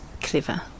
clever